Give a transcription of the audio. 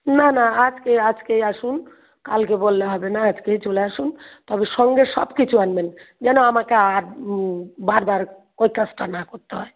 না না আজকেই আজকেই আসুন কালকে বললে হবে না আজকেই চলে আসুন তবে সঙ্গে সব কিছু আনবেন যেন আমাকে আর বার বার ওই কাজটা না করতে হয়